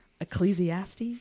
Ecclesiastes